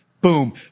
boom